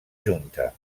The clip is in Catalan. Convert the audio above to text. junta